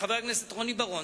חבר הכנסת רוני בר-און,